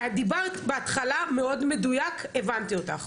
דיברת בהתחלה מדויק מאוד, והבנתי אותך.